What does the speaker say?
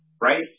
right